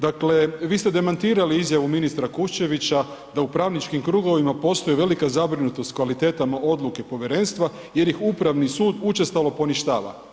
Dakle, vi ste demantirali izjavu ministra Kuščevića da u pravničkim krugovima postoji velika zabrinutost kvalitetama odluke povjerenstva jer ih Upravni sud učestalo poništava.